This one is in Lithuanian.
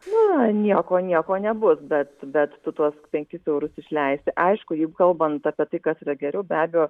na nieko nieko nebus bet bet tu tuos penkis eurus išleisi aišku jeig kalbant apie tai kas yra geriau be abejo